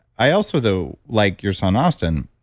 i also though, like your son austin,